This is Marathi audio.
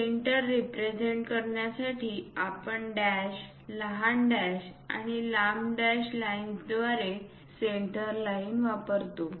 सेंटर रिप्रेझेंट करण्यासाठी आपण डॅश लहान डॅश आणि लांब डॅश लाईन्सद्वारे सेंटर लाइन वापरतो